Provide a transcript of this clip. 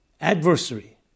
adversary